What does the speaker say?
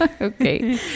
okay